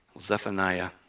Zephaniah